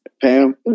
Pam